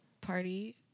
party